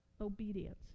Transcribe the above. Obedience